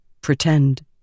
Pretend